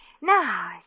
Now